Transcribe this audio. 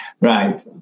right